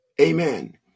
amen